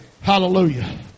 hallelujah